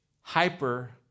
hyper